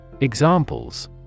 Examples